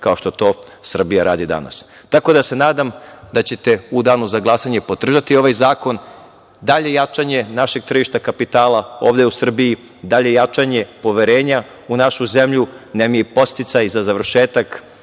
kao što to Srbija radi danas. Tako da, nadam se da ćete u danu za glasanje podržati ovaj zakon, dalje jačanje tržišta kapitala ovde u Srbiji, dalje jačanje poverenja u našu zemlju, podsticaji za završetak